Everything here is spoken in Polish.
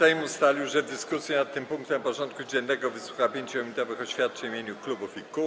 Sejm ustalił, że w dyskusji nad tym punktem porządku dziennego wysłucha 5-minutowych oświadczeń w imieniu klubów i kół.